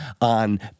on